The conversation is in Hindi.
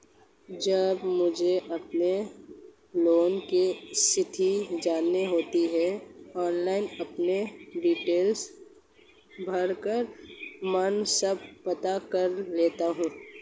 जब मुझे अपने लोन की स्थिति जाननी होती है ऑनलाइन अपनी डिटेल भरकर मन सब पता कर लेता हूँ